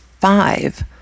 five